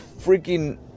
freaking